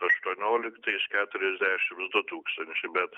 aštuonioliktais keturiasdešimt du tūkstančiai bet